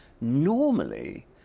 Normally